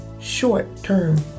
short-term